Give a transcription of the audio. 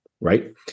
right